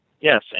Yes